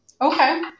okay